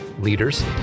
leaders